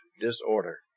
disorder